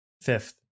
fifth